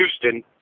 Houston